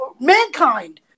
Mankind